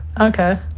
Okay